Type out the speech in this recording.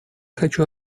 хочу